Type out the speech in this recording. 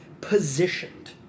positioned